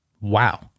Wow